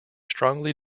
strongly